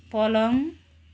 पलङ